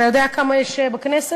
אתה יודע כמה יש בכנסת?